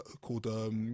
called